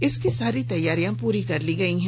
इसकी सारी तैयारी पूरी कर ली गई है